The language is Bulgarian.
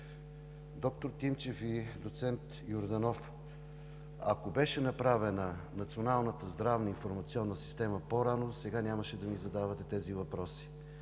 Доктор Тимчев и доцент Йорданов, ако беше направена Националната здравна информационна система по-рано, сега нямаше да ми задавате тези въпроси.